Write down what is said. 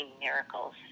miracles